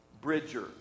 bridger